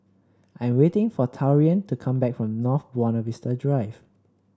I'm waiting for Taurean to come back from North Buona Vista Drive